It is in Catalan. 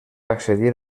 accedir